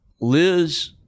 Liz